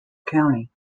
county